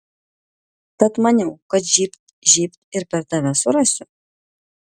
tad maniau kad žybt žybt ir per tave surasiu